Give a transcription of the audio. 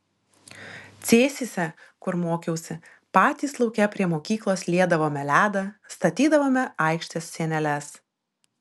cėsyse kur mokiausi patys lauke prie mokyklos liedavome ledą statydavome aikštės sieneles